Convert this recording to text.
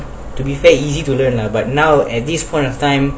to be fair easy and learn lah but now at this point of time